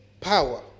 power